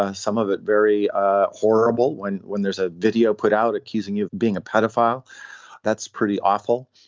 ah some of it very ah horrible when when there's a video put out accusing you of being a pedophile that's pretty awful.